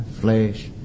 flesh